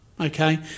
Okay